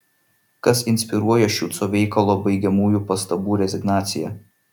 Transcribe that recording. kas inspiruoja šiuco veikalo baigiamųjų pastabų rezignaciją